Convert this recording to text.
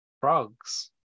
frogs